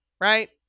right